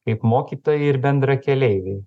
kaip mokytojai ir bendrakeleiviai